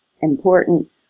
important